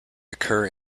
occur